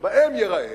שבהם ייראה,